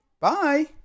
Bye